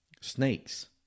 snakes